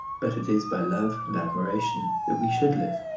but it is by love and admiration that we should live.